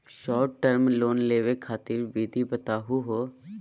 Short term loan लेवे खातीर विधि बताहु हो?